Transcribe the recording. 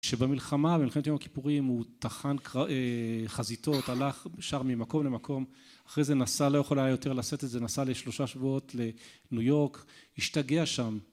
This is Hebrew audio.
שבמלחמה במלחמת יום הכיפורים הוא טחן חזיתות הלך שר ממקום למקום אחרי זה נסע לא יכול היה יותר לעשות את זה נסע לשלושה שבועות לניו יורק השתגע שם